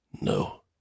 No